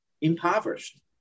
impoverished